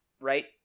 right